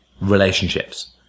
relationships